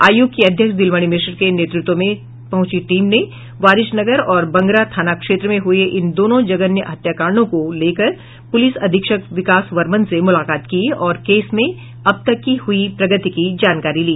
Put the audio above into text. आयोग की अध्यक्ष दिलमणि मिश्र के नेतृत्व में पहुंची टीम ने वारिसनगर और बंगरा थाना क्षेत्र में हुये इन दोनों जघन्य हत्याकांडों को लेकर पुलिस अधीक्षक विकास वर्मन से मुलाकात की और केस में अब तक की हुई प्रगति की जानकारी ली